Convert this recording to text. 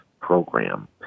program